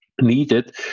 needed